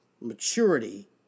Maturity